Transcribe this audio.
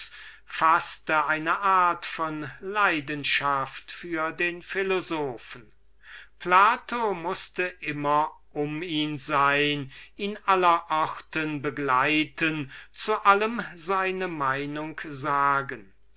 faßte eine art von leidenschaft für den philosophen plato mußte immer um ihn sein ihn aller orten begleiten zu allem seine meinung sagen